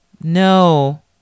no